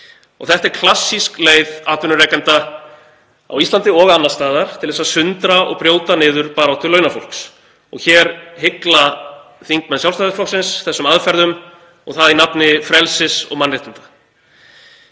Þetta er klassísk leið atvinnurekanda á Íslandi og annars staðar til að sundra og brjóta niður baráttu launafólks. Hér hygla þingmenn Sjálfstæðisflokksins þessum aðferðum og það í nafni frelsis og mannréttinda.